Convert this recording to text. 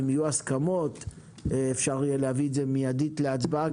אם יהיו הסכמות אפשר יהיה להביא את זה מידית להצבעה,